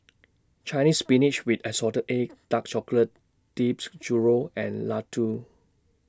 Chinese Spinach with Assorted Eggs Dark Chocolate Dipped Churro and Laddu